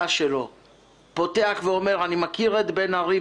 ואתה רואה שהרבה מאיתנו